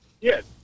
Yes